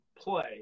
play